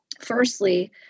Firstly